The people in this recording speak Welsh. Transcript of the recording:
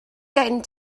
gen